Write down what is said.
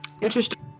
Interesting